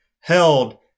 held